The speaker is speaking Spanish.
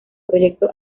proyecto